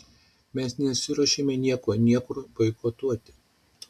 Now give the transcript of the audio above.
mes nesiruošiame nieko niekur boikotuoti